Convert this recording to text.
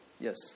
Yes